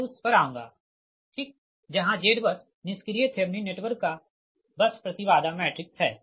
मैं उस पर आऊंगा ठीक जहाँ ZBUS निष्क्रिय थेवनिन नेटवर्क का बस प्रतिबाधा मैट्रिक्स है